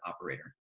operator